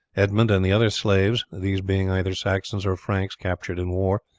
edmund and the other slaves, these being either saxon or franks captured in war,